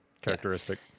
Characteristic